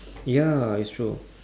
ya it's true